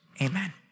Amen